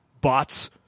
bots